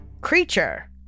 creature